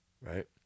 right